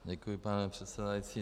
Děkuji, pane předsedající.